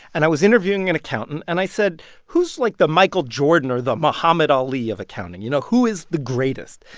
and i was interviewing an and accountant. and i said who's, like, the michael jordan or the muhammad ali of accounting? you know, who is the greatest?